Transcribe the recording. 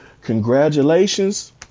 Congratulations